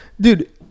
dude